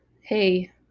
Hey